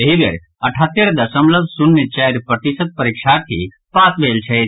एहि बेर अठहत्तरि दशमलव शून्य चारि प्रतिशत परीक्षार्थी पास भेल छथि